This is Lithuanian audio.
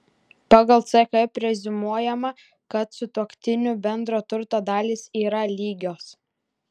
pagal ck preziumuojama kad sutuoktinių bendro turto dalys yra lygios